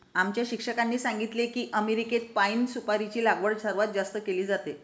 आमच्या शिक्षकांनी सांगितले की अमेरिकेत पाइन सुपारीची लागवड सर्वात जास्त केली जाते